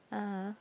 (uh huh)